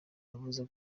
yavuze